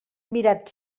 mirat